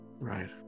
Right